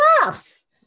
laughs